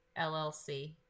LLC